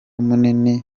munini